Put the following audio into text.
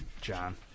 John